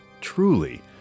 Truly